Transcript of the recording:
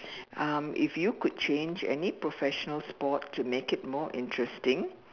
um if you could change any professional sport to make it more interesting